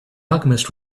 alchemist